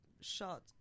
shot